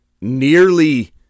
nearly